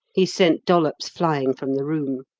he sent dollops flying from the room.